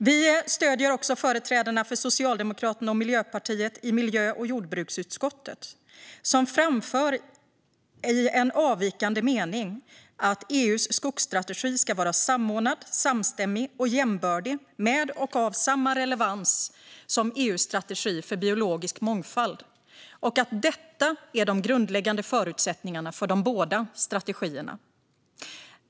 Vi stöder också företrädarna för Socialdemokraterna och Miljöpartiet i miljö och jordbruksutskottet. Där framför de i en avvikande mening att EU:s skogsstrategi ska vara samordnad, samstämmig och jämbördig med och av samma relevans som EU:s strategi för biologisk mångfald samt att detta är de grundläggande förutsättningarna för de både strategierna.